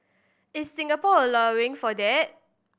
is Singapore allowing for that